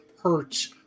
hurts